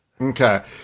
Okay